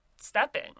stepping